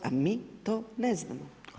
A mi to ne znamo.